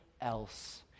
else